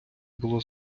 було